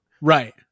right